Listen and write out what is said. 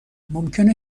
ممکنه